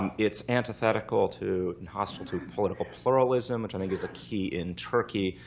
um it's antithetical to and hostile to political pluralism, which i think is a key in turkey,